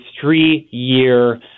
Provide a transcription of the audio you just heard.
three-year